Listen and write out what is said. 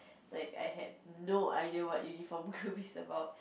like I had no idea what uniform group is about